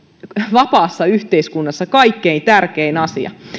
vapaassa yhteiskunnassa kaikkein tärkein asia